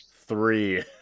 Three